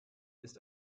ist